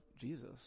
Jesus